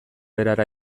erara